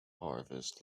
harvest